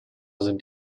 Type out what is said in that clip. sind